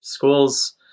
Schools